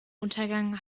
untergang